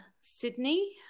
Sydney